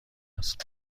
دست